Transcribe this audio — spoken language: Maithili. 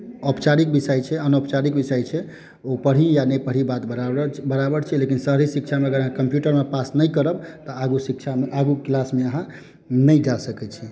औपचारिक विषय छै अनौपचारिक विषय छै ओ पढ़ी या नहि पढ़ी बात बराबर बराबर छै लेकिन शहरी शिक्षामे अगर कम्प्यूटरमे अहाँ पास नहि करब तऽ आगू शिक्षामे आगू क्लासमे अहाँ नहि जा सकैत छी